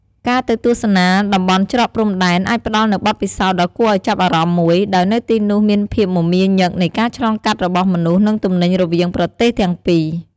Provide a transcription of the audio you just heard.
ការទៅទស្សនា តំបន់ច្រកព្រំដែន អាចផ្តល់នូវបទពិសោធន៍ដ៏គួរឱ្យចាប់អារម្មណ៍មួយ ដោយនៅទីនោះមានភាពមមាញឹកនៃការឆ្លងកាត់របស់មនុស្ស និងទំនិញរវាងប្រទេសទាំងពីរ។